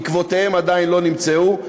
עקבותיהם עדיין לא נמצאו.